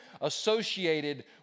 associated